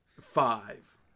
Five